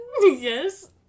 Yes